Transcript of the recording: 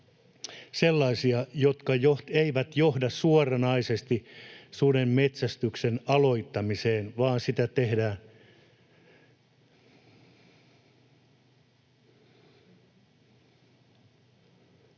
sellaisia, että ne eivät johda suoranaisesti suden metsästyksen aloittamiseen vaan sitä tehdään...